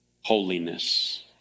Holiness